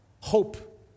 hope